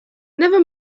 never